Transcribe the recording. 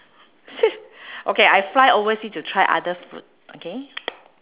okay I fly oversea to try other food okay